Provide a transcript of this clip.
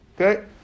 Okay